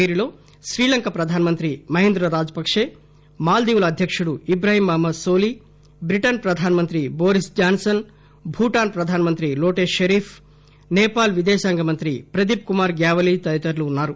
వీరిలో శ్రీలంక ప్రధానమంత్రి మహీంద రాజపక్సే మాల్దీవుల అధ్యకుడు ఇట్రహీం మహ్టద్ నోలి బ్రిటన్ ప్రధానమంత్రి బోరిస్ జాన్పన్ భూటాన్ ప్రధానమంత్రి లోటే షరీఫ్ సేపాల్ విదేశాంగ శాఖ మంత్రి ప్రదీప్ కుమార్ గ్యావలి తదితరులు ఉన్నారు